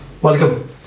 Welcome